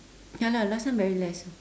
ya lah last time very less